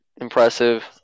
impressive